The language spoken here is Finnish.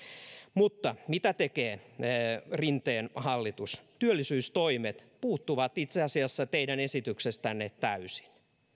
mutta mitä tekee rinteen hallitus työllisyystoimet puuttuvat itse asiassa teidän esityksestänne täysin